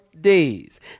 days